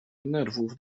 nerwów